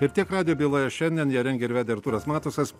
ir tiek radijo byloje šiandien ją rengė ir vedė artūras matusas